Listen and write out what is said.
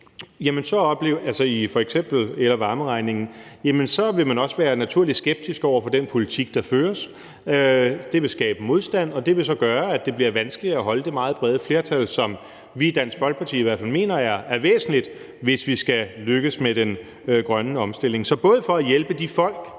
de også være naturligt skeptiske over for den politik, der føres. Det vil skabe modstand, og det vil så gøre, at det bliver vanskeligere at holde det meget brede flertal, som vi i Dansk Folkeparti i hvert fald mener er væsentligt, hvis vi skal lykkes med den grønne omstilling. Så det er både for at hjælpe de folk,